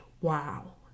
wow